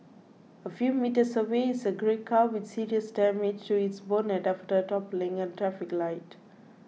a few metres away is a grey car with serious damage to its bonnet after toppling a traffic light